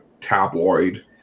tabloid